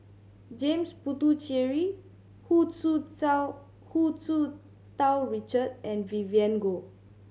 James Puthucheary Hu Tsu Hu Tsu Tau Richard and Vivien Goh